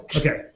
okay